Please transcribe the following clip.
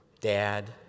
dad